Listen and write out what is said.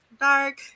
Dark